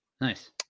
nice